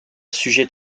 sujet